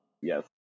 Yes